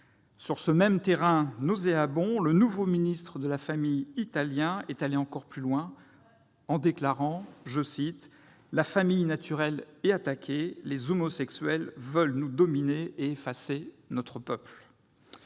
Sur ce même terrain nauséabond, le nouveau ministre de la famille italien est allé encore plus loin. Oui ! Il déclarait :« La famille naturelle est attaquée. Les homosexuels veulent nous dominer et effacer notre peuple.